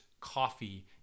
coffee